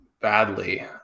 badly